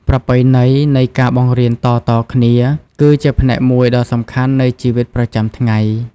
ប្រពៃណីនៃការបង្រៀនតៗគ្នា គឺជាផ្នែកមួយដ៏សំខាន់នៃជីវិតប្រចាំថ្ងៃ។